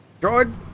Droid